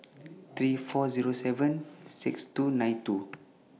three four Zero seven six two nine two